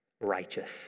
righteous